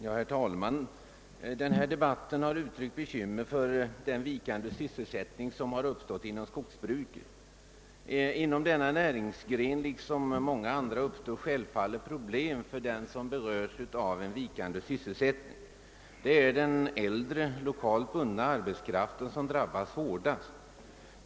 Herr .talman! I den här debatten har det uttryckts bekymmer för den vikande sysselsättningen inom skogsbruket. Inom denna näringsgren liksom inom många andra uppstår 'det självfallet problem:för dem som berörs av en vikande sysselsättning, och det är den äldre, lokalt bundna arbetskraften: som då drabbas hårdast.